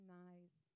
nice